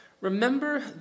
remember